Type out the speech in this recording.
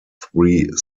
three